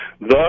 Thus